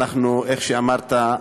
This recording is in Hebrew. כמו שאמרת,